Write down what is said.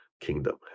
kingdom